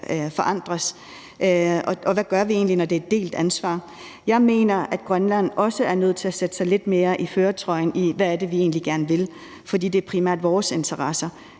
lovændring. Og hvad gør vi egentlig, når det er et delt ansvar? Jeg mener, at Grønland også er nødt til at sætte sig lidt mere i førertrøjen, i forhold til hvad det egentlig er, vi gerne vil, fordi det primært er i vores interesse